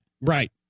Right